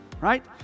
right